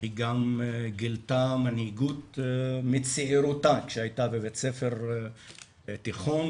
וגם גילתה מנהיגות מצעירותה כשהייתה בבית ספר תיכון,